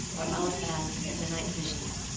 or eliphaz in the night visions,